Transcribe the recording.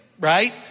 Right